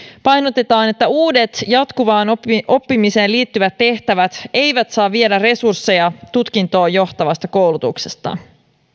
painotetaan että uudet jatkuvaan oppimiseen oppimiseen liittyvät tehtävät eivät saa viedä resursseja tutkintoon johtavasta koulutuksesta